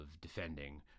defending